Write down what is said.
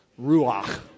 Ruach